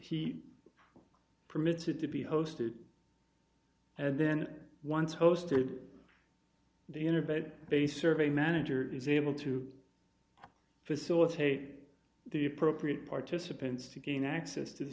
he permitted to be hosted and then once hosted the inner bed based survey manager is able to facilitate the appropriate participants to gain access to the